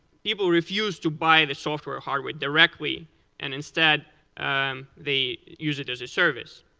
people refused to buy and a software or hardware directly and instead they use it as a service.